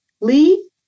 Lee